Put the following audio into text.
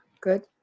good